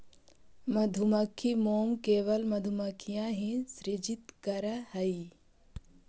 मधुमक्खी मोम केवल मधुमक्खियां ही सृजित करअ हई